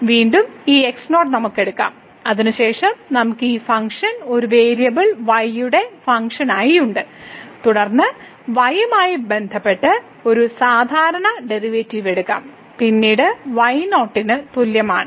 വീണ്ടും ഈ x0 നമുക്ക് എടുക്കാം അതിനുശേഷം നമുക്ക് ഈ ഫംഗ്ഷൻ ഒരു വേരിയബിൾ y യുടെ ഫംഗ്ഷനായി ഉണ്ട് തുടർന്ന് y യുമായി ബന്ധപ്പെട്ട് ഈ സാധാരണ ഡെറിവേറ്റീവ് എടുക്കാം പിന്നീട് y0 ന് തുല്യമാണ്